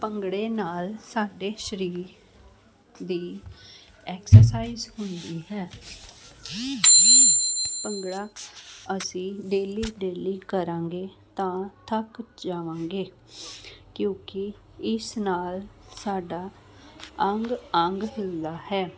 ਭੰਗੜੇ ਨਾਲ ਸਾਡੇ ਸਰੀਰ ਦੀ ਐਕਸਰਸਾਈਜ਼ ਹੁੰਦੀ ਹੈ ਭੰਗੜਾ ਅਸੀਂ ਡੇਲੀ ਡੇਲੀ ਕਰਾਂਗੇ ਤਾਂ ਥੱਕ ਜਾਵਾਂਗੇ ਕਿਉਂਕਿ ਇਸ ਨਾਲ ਸਾਡਾ ਅੰਗ ਅੰਗ ਹਿਲਦਾ ਹੈ